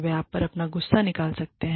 वे आप पर अपना गुस्सा निकाल सकते हैं